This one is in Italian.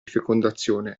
fecondazione